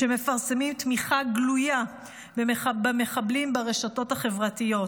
שמפרסמים תמיכה גלויה במחבלים ברשתות החברתיות.